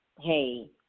hey